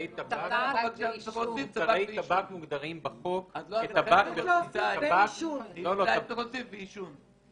מוצרי טבק מוגדרים בחוק כטבק --- צריך להוסיף ו"מוצרי טבק עישון".